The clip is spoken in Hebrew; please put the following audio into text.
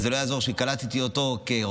אז זה לא יעזור שקלטתי אותו כרופא,